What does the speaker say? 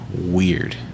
weird